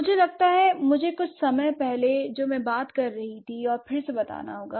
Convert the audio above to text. मुझे लगता है मुझे कुछ समय पहले जो मैं बात कर रही थी उसे फिर से बताना होगा